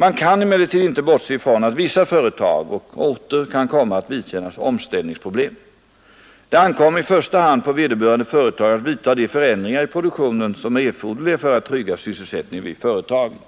Man kan emellertid inte bortse ifrån att vissa företag och orter kan komma att vidkännas omställningsproblem. Det ankommer i första hand på vederbörande företag att vidta de förändringar i produktionen som är erforderliga för att trygga sysselsättningen vid företaget.